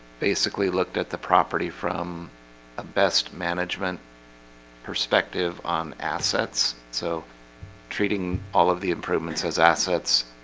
basically looked at the property from a best management perspective on assets so treating all of the improvements as assets.